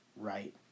right